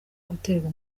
guterwa